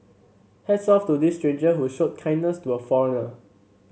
hats off to this stranger who showed kindness to a foreigner